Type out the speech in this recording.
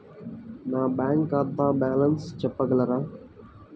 నా బ్యాంక్ ఖాతా బ్యాలెన్స్ చెప్పగలరా?